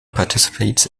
participates